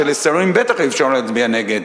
ולשרים בטח אי-אפשר להצביע נגד.